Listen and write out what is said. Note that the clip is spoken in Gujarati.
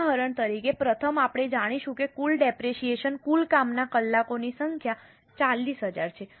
ઉદાહરણ તરીકે પ્રથમ આપણે જાણીશું કે કુલ ડેપરેશીયેશન કુલ કામના કલાકોની સંખ્યા 40000 છે